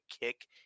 kick